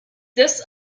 this